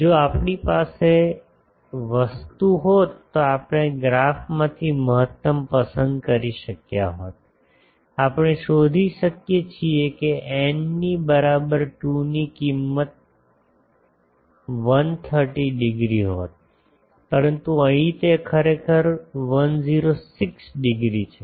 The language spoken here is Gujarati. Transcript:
જો આપણી પાસે વસ્તુ હોત તો આપણે ગ્રાફમાંથી મહત્તમ પસંદ કરી શક્યા હોત આપણે શોધી શકીએ છીએ કે n ની બરાબર 2 ની કિંમત 130 ડિગ્રી હોત પરંતુ અહીં તે ખરેખર 106 ડિગ્રી છે